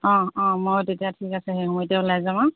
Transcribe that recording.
অ' অ' মই তেতিয়া ঠিক আছে সেই সময়তে ওলাই যাম আৰু